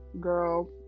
girl